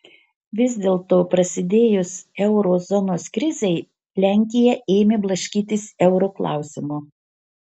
vis dėlto prasidėjus euro zonos krizei lenkija ėmė blaškytis euro klausimu